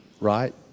right